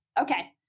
Okay